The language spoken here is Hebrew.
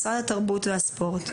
משרד התרבות והספורט,